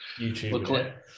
YouTube